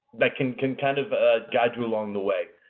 that can can kind of ah guide you along the way.